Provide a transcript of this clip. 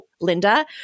Linda